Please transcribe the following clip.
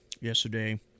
Yesterday